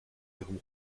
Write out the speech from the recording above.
ihrem